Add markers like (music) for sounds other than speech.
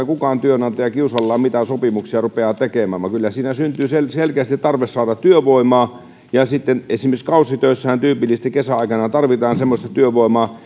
(unintelligible) kukaan työnantaja kiusallaan mitään sopimuksia rupea tekemään en jaksa sitä uskoa vaan kyllä siinä syntyy selkeästi tarve saada työvoimaa esimerkiksi kausitöissähän tyypillisesti kesäaikana tarvitaan semmoista työvoimaa (unintelligible)